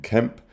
Kemp